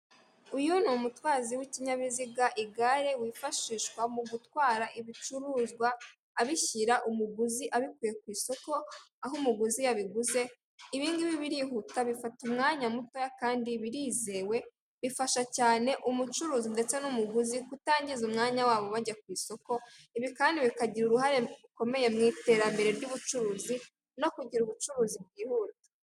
Uyu ni umutwazi w'ikinyabiziga igare wifashishwa mu gutwara ibicuruzwa abishyira umuguzi abikuye ku isoko aho umuguzi yabiguze. Ibingibi birihuta bifata umwanya mutoya kandi birizewe. Bifasha cyane umucuruzi ndetse n'umuguzi kutangiza umwanya wabo bajya ku isoko, ibi kandi bikagira uruhare rukomeye mu iterambere ry'ubucuruzi no kugira ubucuruzi bwihuta.